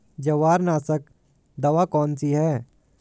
जवार नाशक दवा कौन सी है?